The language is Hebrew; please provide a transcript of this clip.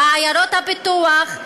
בעיירות הפיתוח,